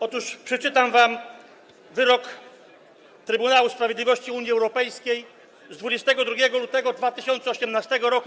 Otóż przeczytam wam wyrok Trybunału Sprawiedliwości Unii Europejskiej z 22 lutego 2018 r.